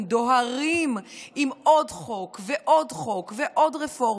דוהרים עם עוד חוק ועוד חוק ועוד רפורמה,